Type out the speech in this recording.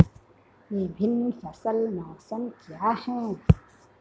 विभिन्न फसल मौसम क्या हैं?